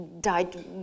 died